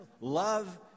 love